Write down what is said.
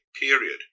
period